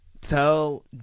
tell